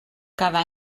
cada